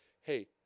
hey